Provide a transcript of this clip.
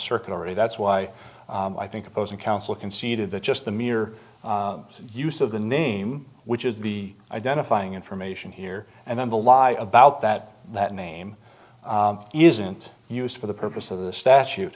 circuit already that's why i think opposing counsel conceded that just the mere use of the name which is the identifying information here and then the lie about that that name isn't used for the purpose of the statute